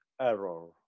error